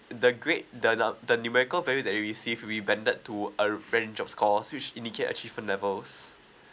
the grade the the the numerical value that we receive we banded to our band jobs score which indicate achievement levels